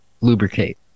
Lubricate